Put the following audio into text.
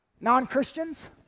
Non-Christians